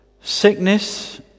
sickness